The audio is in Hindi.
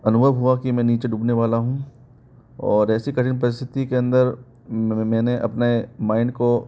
अनुभव हुआ कि मैं नीचे डूबने वाला हूँ और ऐसी कठिन परिस्थिति के अंदर मैंने अपने माइंड को